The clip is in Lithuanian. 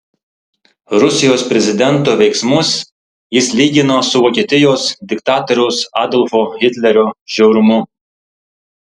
rusijos prezidento veiksmus jis lygino su vokietijos diktatoriaus adolfo hitlerio žiaurumu